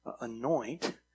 anoint